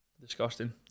Disgusting